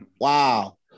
Wow